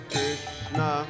Krishna